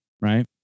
right